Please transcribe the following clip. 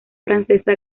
francesa